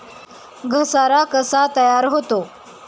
घसारा कसा तयार होतो?